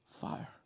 fire